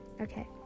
Okay